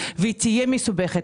מסובכת והיא תהיה מסובכת.